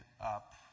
up